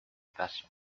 caso